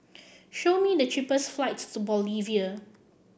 show me the cheapest flights to Bolivia